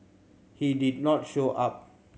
he did not show up